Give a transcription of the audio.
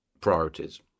priorities